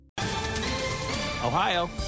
Ohio